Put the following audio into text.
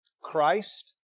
Christ